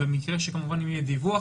כמובן אם יהיה דיווח,